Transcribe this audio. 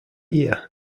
year